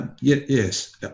yes